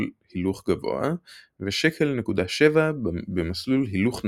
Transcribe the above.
"הילוך גבוה" ו-1.7 ש"ח במסלול "הילוך נמוך"